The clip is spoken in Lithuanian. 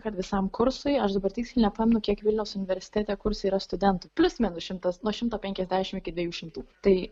kad visam kursui aš dabar tiksliai nepamenu kiek vilniaus universitete kurse yra studentų plius minus šimtas nuo šimto penkiasdešimt iki dviejų šimtų tai